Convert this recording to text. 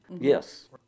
Yes